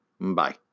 Bye